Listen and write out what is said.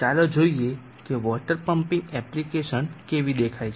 ચાલો જોઈએ કે વોટર પમ્પિંગ એપ્લિકેશન કેવી દેખાય છે